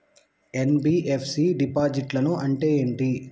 NBFC డిపాజిట్లను అంటే ఏంటి?